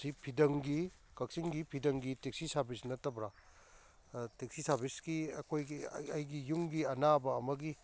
ꯁꯤ ꯐꯤꯗꯪꯒꯤ ꯀꯛꯆꯤꯡꯒꯤ ꯐꯤꯗꯪꯒꯤ ꯇꯦꯛꯁꯤ ꯁꯥꯔꯕꯤꯁ ꯅꯠꯇ꯭ꯔꯕ꯭ꯔꯥ ꯇꯦꯛꯁꯤ ꯁꯥꯔꯕꯤꯁꯀꯤ ꯑꯩꯈꯣꯏꯒꯤ ꯑꯩꯒꯤ ꯌꯨꯝꯒꯤ ꯑꯥꯅꯥꯕ ꯑꯃꯒꯤ